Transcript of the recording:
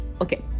okay